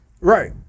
Right